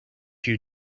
you